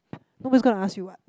nobody is gonna ask you what